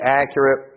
accurate